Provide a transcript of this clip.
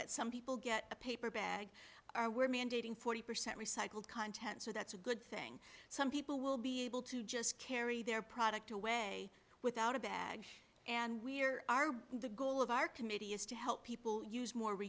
that some people get a paper bag are where mandating forty percent recycled content so that's a good thing some people will be able to just carry their product away without a bag and we're the goal of our committee is to help people use more